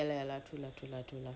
ya lah ya lah true lah true lah true lah